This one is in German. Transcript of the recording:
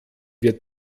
wir